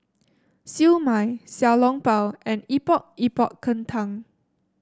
Siew Mai Xiao Long Bao and Epok Epok Kentang